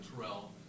Terrell